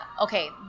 okay